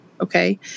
Okay